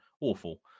awful